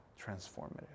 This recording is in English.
transformative